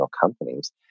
companies